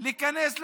להיכנס לבית?